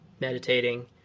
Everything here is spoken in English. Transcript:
meditating